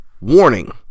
Warning